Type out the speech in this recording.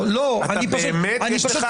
אתה באמת יש לך --- לא,